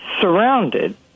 surrounded